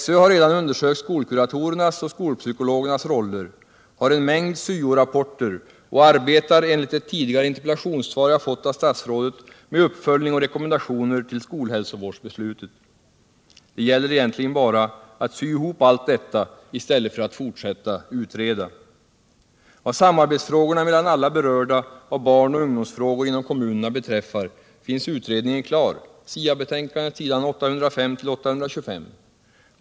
SÖ har redan undersökt skolkuratorernas och skolpsykologernas roller, har en mängd syo-rapporter och arbetar, enligt ett tidigare interpellationssvar jag fått av statsrådet, med uppföljning och rekommendationer till skolhälsovårdsbeslutet. Det gäller egentligen bara att sy ihop allt detta i stället för att fortsätta utreda. Vad samarbetsfrågorna mellan alla berörda av barnoch ungdomsfrågor inom kommunerna beträffar finns utredningen klar: SIA betänkandet s. 805-825.